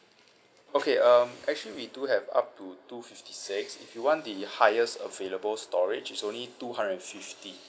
okay um actually we do have up to two fifty six if you want the highest available storage it's only two hundred fifty